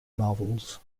marvels